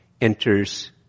enters